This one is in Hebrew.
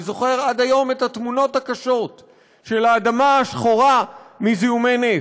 אני זוכר עד היום את התמונות הקשות של האדמה השחורה מזיהומי נפט.